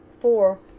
four